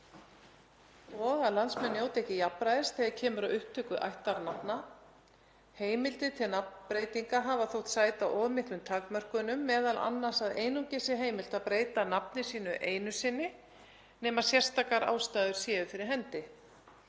og að landsmenn njóti ekki jafnræðis þegar kemur að upptöku ættarnafna. Heimildir til nafnbreytinga hafa þótt sæta of miklum takmörkunum, m.a. að einungis sé heimilt að breyta nafni sínu einu sinni nema sérstakar ástæður séu fyrir hendi.